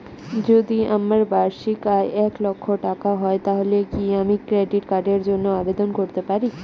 যদি আমার বার্ষিক আয় এক লক্ষ টাকা হয় তাহলে কি আমি ক্রেডিট কার্ডের জন্য আবেদন করতে পারি?